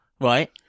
Right